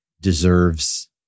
deserves